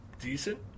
decent